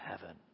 heaven